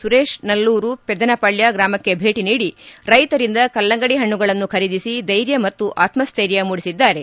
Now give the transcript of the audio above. ಸುರೇತ್ ನಲ್ಲೂರು ಪೆದ್ದನಪಾಳ್ದ ಗ್ರಾಮಕ್ಕೆ ಭೇಟಿ ನೀಡಿ ರೈತರಿಂದ ಕಲ್ಲಂಗಡಿ ಹಣ್ಣುಗಳನ್ನು ಖರೀದಿಸಿ ಧೈರ್ಯ ಮತ್ತು ಆತಸ್ಟೈರ್ಯ ಮೂಡಿಸಿದ್ದಾರೆ